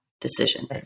decision